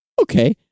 okay